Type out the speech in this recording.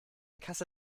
kasse